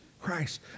Christ